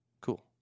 cool